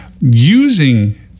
using